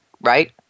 right